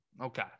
Okay